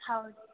ಹೌದು